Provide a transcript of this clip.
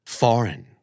foreign